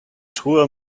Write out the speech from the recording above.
truhe